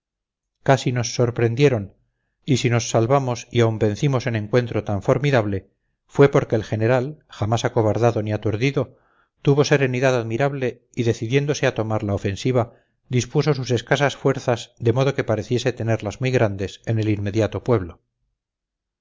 casi nos sorprendieron y si nos salvamos y aun vencimos en encuentro tan formidable fue porque el general jamás acobardado ni aturdido tuvo serenidad admirable y decidiéndose a tomar la ofensiva dispuso sus escasas fuerzas de modo que pareciese tenerlas muy grandes en el inmediato pueblo